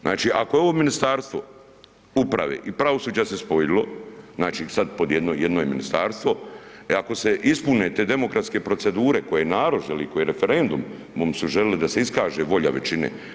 Znači ako je ovo Ministarstvo uprave i pravosuđa se spojilo, znači sad pod jedno je ministarstvo, e ako se ispune te demokratske procedure koje narod želi, koje je referendumom su željeli da se iskaže volja većine.